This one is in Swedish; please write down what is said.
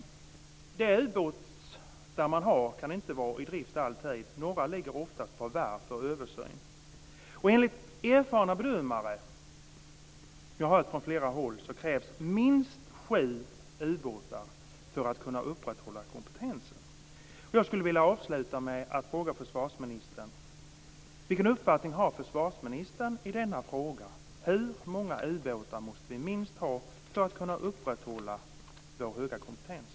De ubåtar man har kan inte vara i drift alltid. Några ligger oftast på varv för översyn. Enligt erfarna bedömare - det har jag hört från flera håll - krävs minst sju ubåtar för att man skall kunna upprätthålla kompetensen. Jag skulle vilja avsluta med att ställa en fråga till försvarsministern. Vilken uppfattning har försvarsministern i denna fråga? Hur många ubåtar måste vi minst ha för att kunna upprätthålla vår höga kompetens?